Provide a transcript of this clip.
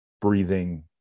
breathing